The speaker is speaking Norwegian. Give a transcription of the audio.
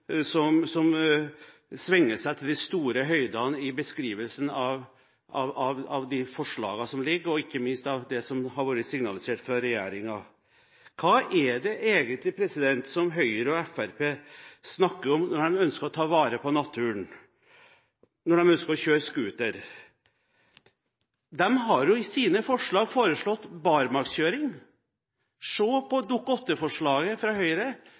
her som svinger seg til de store høyder i beskrivelsen av de forslagene som foreligger – og ikke minst når det gjelder det som har blitt signalisert fra regjeringen: Hva er det egentlig Høyre og Fremskrittspartiet snakker om når de ønsker å ta vare på naturen og ønsker å kjøre scooter? De har i sine forslag foreslått barmarkskjøring. I Dokument 8-forslaget fra Høyre